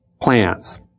plants